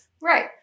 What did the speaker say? Right